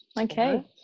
Okay